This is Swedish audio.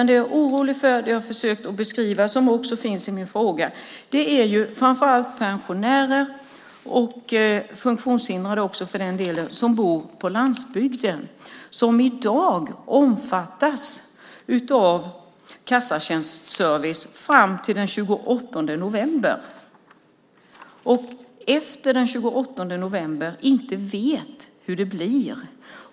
Det jag är orolig för och har försökt beskriva och som också finns i min fråga är det som gäller pensionärer och funktionshindrade som bor på landsbygden och som i dag omfattas av kassatjänstservice fram till den 28 november. Efter den 28 november vet de inte hur det blir.